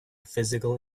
physical